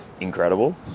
incredible